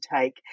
take